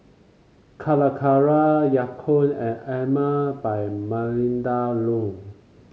Calacara Ya Kun and Emel by Melinda Looi